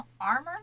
armor